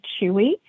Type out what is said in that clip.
Chewy